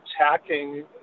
attacking